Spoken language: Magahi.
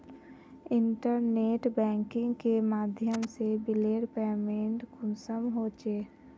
इंटरनेट बैंकिंग के माध्यम से बिलेर पेमेंट कुंसम होचे?